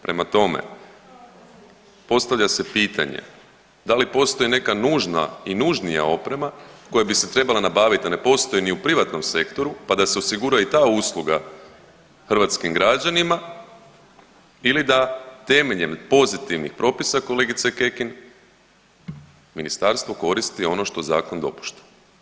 Prema tome, postavlja se pitanje da li postoji nužna i nužnija oprema koja bi se trebala nabaviti, a ne postoji ni u privatnom sektoru pa da se osigura i ta usluga hrvatskim građanima ili da temeljem pozitivnih propisa kolegice Kekin ministarstvo koristi ono što zakon dopušta.